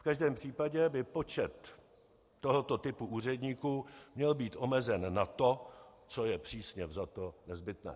V každém případě by počet tohoto typu úředníků měl být omezen na to, co je přísně vzato nezbytné.